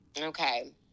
Okay